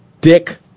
Dick